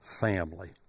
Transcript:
family